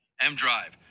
M-Drive